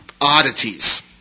oddities